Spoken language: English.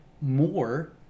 more